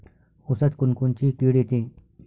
ऊसात कोनकोनची किड येते?